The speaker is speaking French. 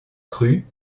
cru